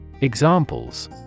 Examples